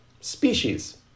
Species